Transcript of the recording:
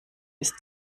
ist